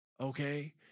okay